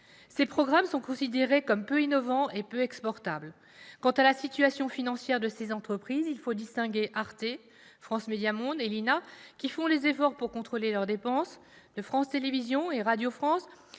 Ses programmes sont considérés comme peu innovants et peu exportables. Quant à la situation financière de ces entreprises, il faut distinguer Arte, France Médias Monde et l'Institut national de l'audiovisuel, l'INA, qui font des efforts pour contrôler leurs dépenses, de France Télévisions et Radio France,